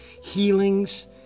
healings